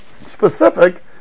specific